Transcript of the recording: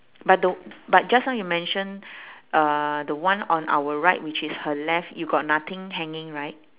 but the but just now you mention uh the one on our right which is her left you got nothing hanging right